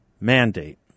mandate